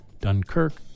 Dunkirk